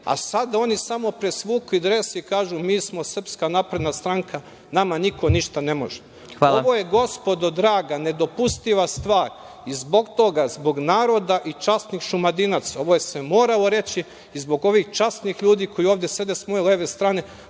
a sada oni samo presvukli dres i kažu - mi smo Srpska napredna stranka, nama niko ništa ne može. Ovo je, gospodo draga, nedopustiva stvar i zbog toga, zbog naroda i časnih Šumadinaca ovo se moralo reći i zbog ovih časnih ljudi koji ovde sede s moje leve strane,